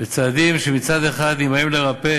וצעדים שמצד אחד, אם באים לרפא